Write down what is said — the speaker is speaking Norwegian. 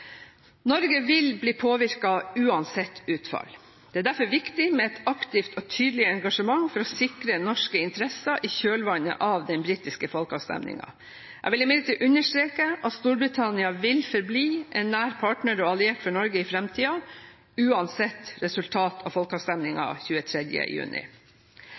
Norge vil bli påvirket uansett utfall. Det er derfor viktig med et aktivt og tydelig engasjement for å sikre norske interesser i kjølvannet av den britiske folkeavstemningen. Jeg vil imidlertid understreke at Storbritannia vil forbli en nær partner og alliert for Norge i framtiden, uansett resultat av folkeavstemningen 23. juni.